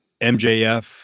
MJF